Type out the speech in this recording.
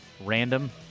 random